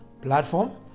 platform